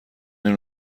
این